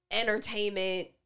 entertainment